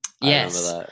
Yes